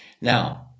Now